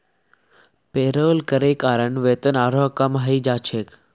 payroll करे कारण वेतन आरोह कम हइ जा छेक